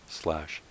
slash